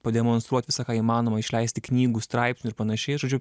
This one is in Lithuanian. pademonstruot visą ką įmanoma išleisti knygų straipsnių ir panašiai žodžiu